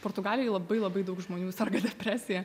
portugalijoj labai labai daug žmonių serga depresija